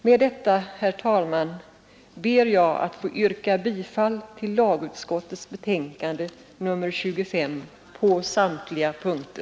Med detta, herr talman, ber jag att få yrka bifall till hemställan i lagutskottets betänkande nr 25 på samtliga punkter.